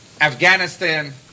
Afghanistan